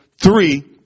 three